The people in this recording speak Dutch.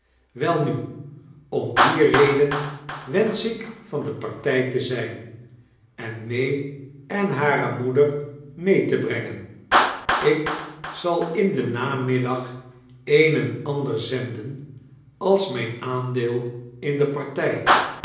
welnu om die reden wensch ik van de partij te zijn en may en hare nioeder mee te brengen ik zal in den namiddag een en ander zendein als mijn aandeel in de partij